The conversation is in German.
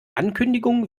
ankündigungen